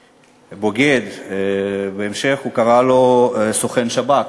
"בוגד", ובהמשך הוא קרא לו "סוכן שב"כ".